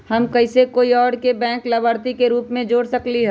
हम कैसे कोई और के बैंक लाभार्थी के रूप में जोर सकली ह?